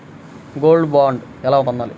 Gold bond ఎలా పొందాలి?